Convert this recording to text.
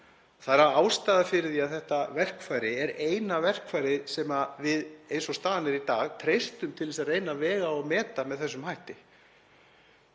Það er ástæða fyrir því að þetta verkfæri er eina verkfærið sem við, eins og staðan er í dag, treystum til þess að reyna að vega og meta með þessum hætti.